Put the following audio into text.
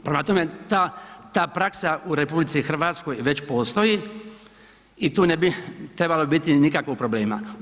Prema tome, ta praksa u RH već postoji i tu ne bi trebalo biti nikakvih problema.